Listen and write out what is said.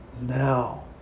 Now